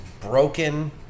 broken